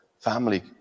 family